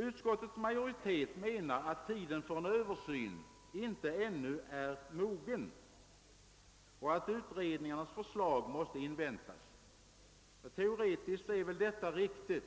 Utskottets majoritet menar att tiden ännu inte är mogen för en översyn; utredningarnas förslag måste inväntas. Teoretiskt är väl detta riktigt,